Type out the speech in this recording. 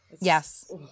yes